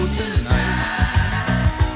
tonight